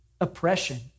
oppression